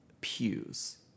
pews